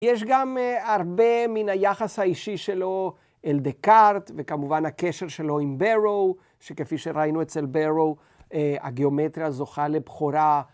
יש גם הרבה מן היחס האישי שלו אל דקארט, וכמובן הקשר שלו עם ביירו, שכפי שראינו אצל ביירו, הגיאומטריה זוכה לבחורה.